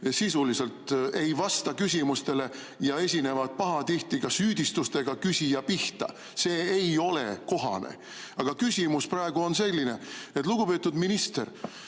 sisuliselt ei vasta küsimustele ja esinevad pahatihti ka süüdistustega küsija pihta. See ei ole kohane. Aga küsimus praegu on selline. Lugupeetud minister,